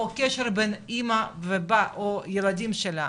או קשר בין אמא וילדים שלה,